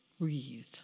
breathe